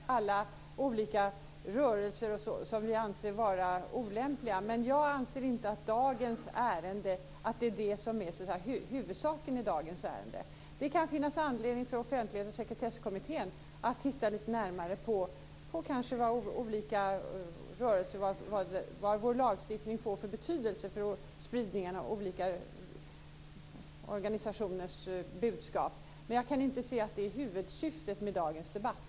Fru talman! Självfallet är det viktigt att följa alla olika rörelser som vi anser vara olämpliga. Men jag anser inte att detta är huvudsaken i dagens ärende. Det kan finnas anledning för Offentlighets och sekretesskommittén att titta lite närmare på olika rörelser, och vad vår lagstiftning får för betydelse för spridningen av olika organisationers budskap. Men jag kan inte se att det är huvudsyftet med dagens debatt.